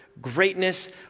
greatness